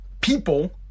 people